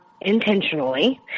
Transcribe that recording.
intentionally